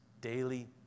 daily